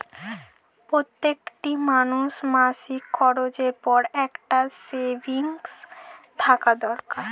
প্রত্যেকটি মানুষের মাসিক খরচের পর একটা সেভিংস থাকা দরকার